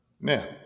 Now